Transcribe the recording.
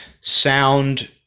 sound